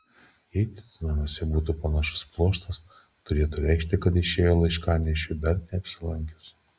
jei tito namuose būtų panašus pluoštas turėtų reikšti kad išėjo laiškanešiui dar neapsilankius